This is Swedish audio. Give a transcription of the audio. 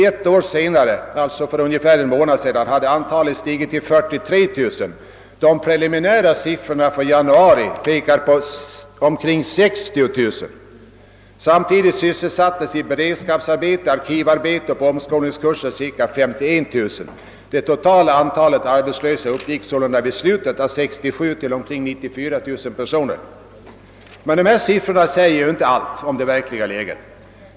Ett år senare, alltså för ungefär en månad sedan, hade antalet stigit till 43 000. De preliminära siffrorna för januari i år är 60 000. Samtidigt sysselsattes i beredskapsarbete, arkivarbete och på omskolningskurser cirka 51 000. Det totala antalet arbetslösa enligt denna beräkning uppgick sålunda vid slutet av 1967 till omkring 94 000 personer. Dessa siffror säger emellertid inte allt om det verkliga läget.